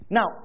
Now